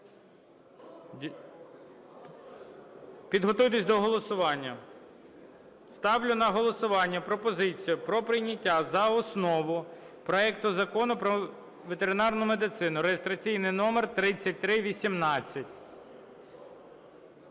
Підготуйтесь до голосування. Ставлю на голосування пропозицію про прийняття за основу проекту Закону про ветеринарну медицину (реєстраційний номер 3318).